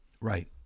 Right